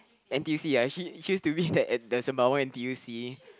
N_T_U_C ya she she used to be that at the Sembawang N_T_U_C